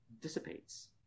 dissipates